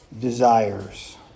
desires